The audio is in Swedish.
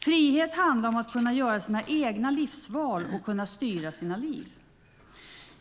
Frihet handlar om att kunna göra sina egna livsval och kunna styra sina liv.